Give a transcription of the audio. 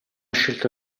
scelta